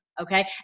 Okay